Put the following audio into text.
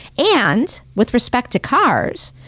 and with respect to cars,